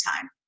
time